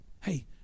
Hey